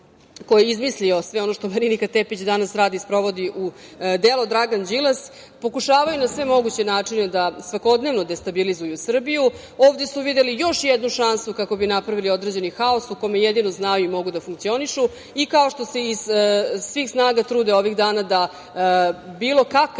ko je izmisli sve ono što Marinika Tepić danas radi i sprovodi u delo, Dragan Đilas, pokušavaju na sve moguće načine da svakodnevno destabilizuju Srbiju, ovde su videli još jednu šansu kako bi napravili određeni haos u kome jedino znaju i mogu da funkcionišu i kao što se iz svih snaga trude ovih dana da bilo kakav